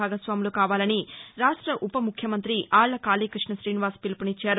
భాగస్వాములు కావాలని రాష్ట ఉపముఖ్యమంతి ఆళ్ళ కాళీకృష్ణ ఠీనివాస్ పిలుపు నిచ్చారు